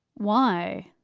why?